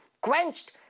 Quenched